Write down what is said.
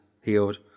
healed